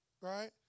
right